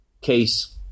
case